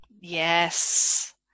Yes